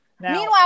Meanwhile